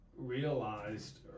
Realized